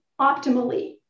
optimally